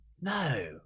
No